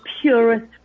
purest